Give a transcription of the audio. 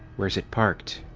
where's it parked?